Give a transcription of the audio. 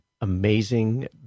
Amazing